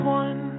one